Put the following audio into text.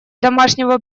домашнего